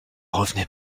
revenait